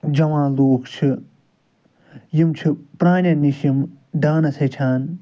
جَوان لوٗکھ چھِ یِم چھِ پرٛانیٚن نِش یِم ڈانَس ہیٚچھان